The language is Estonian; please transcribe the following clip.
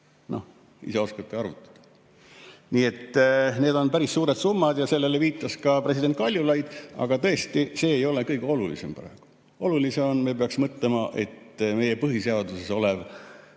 Ise oskate arvutada. Nii et need on päris suured summad ja sellele viitas ka president Kaljulaid. Aga tõesti, see ei ole kõige olulisem praegu. Oluline on, et me peaksime mõtlema, et meie põhiseaduses olev